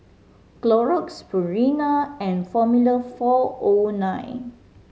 Clorox Purina and Formula Four O Nine